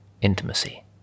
intimacy